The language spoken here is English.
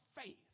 faith